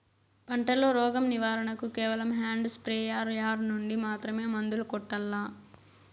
పంట లో, రోగం నివారణ కు కేవలం హ్యాండ్ స్ప్రేయార్ యార్ నుండి మాత్రమే మందులు కొట్టల్లా?